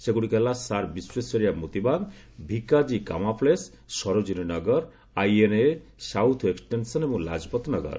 ସେଗୁଡ଼ିକ ହେଲା ସାର ବିଶ୍ୱସେରିଆ Moti Bagh Bhikaji Cama place Sarojini Nagar INA south extension ଏବଂ ଲାଜପତନଗର